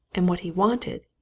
and what he wanted,